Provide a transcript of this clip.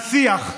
על שיח,